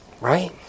Right